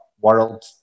world